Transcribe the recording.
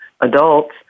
adults